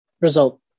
result